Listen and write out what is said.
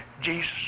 Jesus